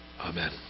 Amen